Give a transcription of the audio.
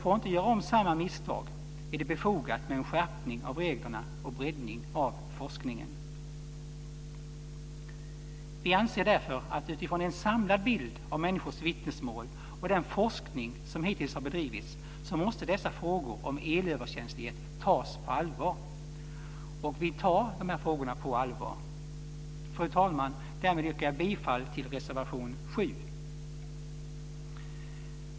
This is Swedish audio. För att inte göra om samma misstag är det befogat med en skärpning av reglerna och med en breddning av forskningen. Vi anser därför att utifrån en samlad bild av människors vittnesmål och den forskning som hittills har bedrivits måste dessa frågor om elöverkänslighet tas på allvar - och vi tar de här frågorna på allvar! Fru talman! Därmed yrkar jag bifall till reservation 7.